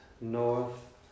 north